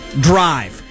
Drive